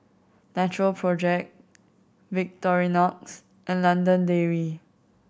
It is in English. Natural Project Victorinox and London Dairy